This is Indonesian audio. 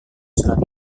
surat